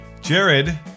Jared